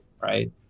Right